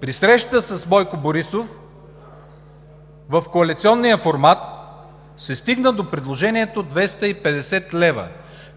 при срещата с Бойко Борисов в коалиционния формат, се стигна до предложението 250 лв.